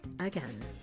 again